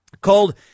called